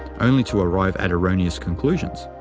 only to arrive at erroneous conclusions.